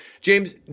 James